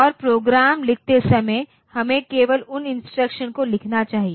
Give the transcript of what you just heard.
और प्रोग्राम लिखते समय हमें केवल उन इंस्ट्रक्शंस को लिखना चाहिए